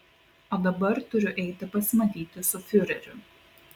o dabar turiu eiti pasimatyti su fiureriu